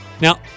Now